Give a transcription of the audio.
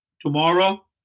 tomorrow